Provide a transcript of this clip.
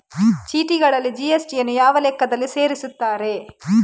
ಚೀಟಿಗಳಲ್ಲಿ ಜಿ.ಎಸ್.ಟಿ ಯನ್ನು ಯಾವ ಲೆಕ್ಕದಲ್ಲಿ ಸೇರಿಸುತ್ತಾರೆ?